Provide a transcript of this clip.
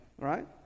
right